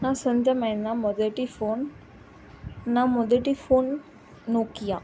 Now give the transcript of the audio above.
నా సొంతమైన మొదటి ఫోన్ నా మొదటి ఫోన్ నోకియా